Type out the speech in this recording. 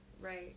right